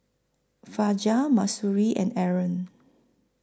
Fajar Mahsuri and Aaron